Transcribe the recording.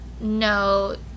No